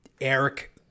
Eric